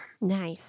Nice